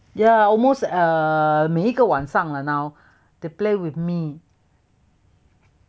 ya almost err 每一个晚上了 now they play with me